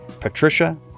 Patricia